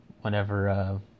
whenever